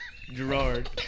Gerard